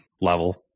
level